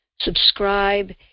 Subscribe